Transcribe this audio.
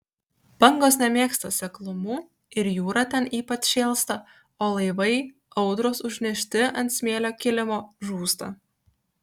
bangos nemėgsta seklumų ir jūra ten ypač šėlsta o laivai audros užnešti ant smėlio kilimo žūsta